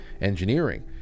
engineering